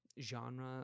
genre